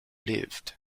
lived